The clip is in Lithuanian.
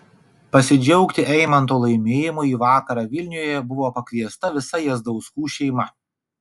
pasidžiaugti eimanto laimėjimu į vakarą vilniuje buvo pakviesta visa jazdauskų šeima